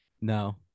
No